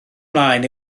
mlaen